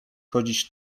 chodzić